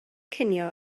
cinio